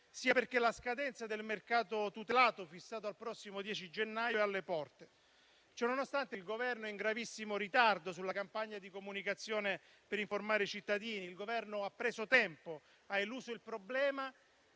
perché la scadenza del mercato tutelato, fissata al prossimo 10 gennaio, è alle porte. Ciononostante, il Governo è in gravissimo ritardo sulla campagna di comunicazione per informare i cittadini, ha preso tempo, ha eluso il problema